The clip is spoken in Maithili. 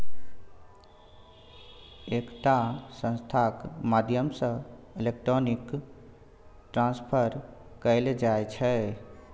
एकटा संस्थाक माध्यमसँ इलेक्ट्रॉनिक ट्रांसफर कएल जाइ छै